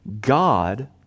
God